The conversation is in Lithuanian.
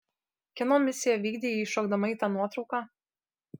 kieno misiją vykdei įšokdama į tą nuotrauką